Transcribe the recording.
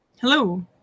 Hello